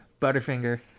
Butterfinger